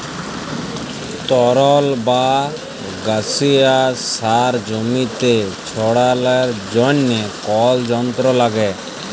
তরল বা গাসিয়াস সার জমিতে ছড়ালর জন্হে কল যন্ত্র লাগে